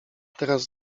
teraz